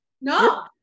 no